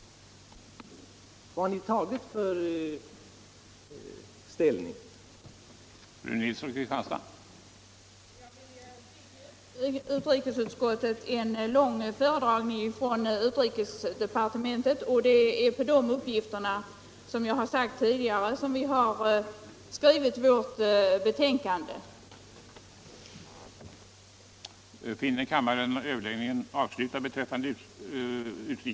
Vad har ni tagit för ställning?